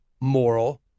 moral